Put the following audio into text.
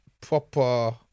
proper